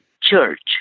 church